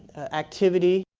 activity.